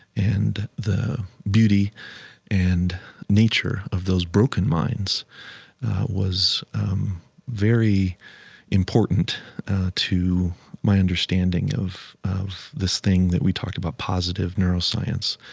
and the beauty and nature of those broken minds was very important to my understanding of of this thing that we talked about, positive neuroscience.